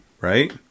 Right